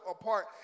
apart